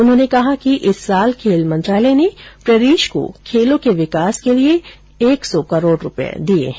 उन्होंने कहा कि इस वर्ष खेल मंत्रालय ने प्रदेश को खेलों के विकास के लिए एक सौ करोड रूपये दिए है